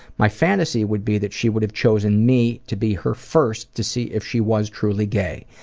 my fantasy would be that she would have chosen me to be her first to see if she was truly gay.